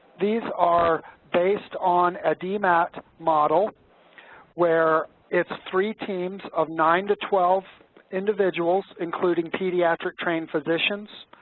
these are based on a dmat model where it's three teams of nine to twelve individuals including pediatric trained physicians,